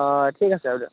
অ' ঠিক আছে দিয়ক